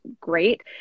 great